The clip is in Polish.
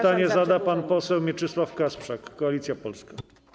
Pytanie zada pan poseł Mieczysław Kasprzak, Koalicja Polska.